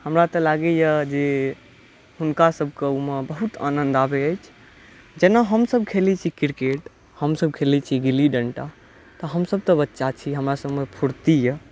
हमरा तऽ लागै यऽ जे हुनका सबके ओहिमे बहुत आनंद आबै अछि जेना हमसब खेलै छी क्रिकेट हमसब खेलै छी गिल्ली डंटा तऽ हमसब तऽ बच्चा छी हमरा सबमे फुर्ती यऽ